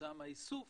כתוצאה מהייסוף